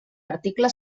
article